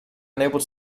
unable